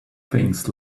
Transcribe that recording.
things